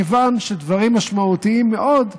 כיוון שדברים משמעותיים מאוד,